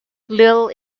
little